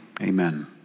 amen